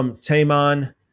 Taman